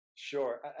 sure